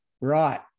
Right